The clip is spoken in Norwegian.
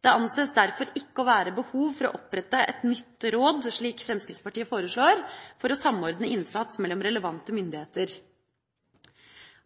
Det anses derfor ikke å være behov for å opprette et nytt råd, slik Fremskrittspartiet foreslår, for å samordne innsats mellom relevante myndigheter.